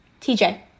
TJ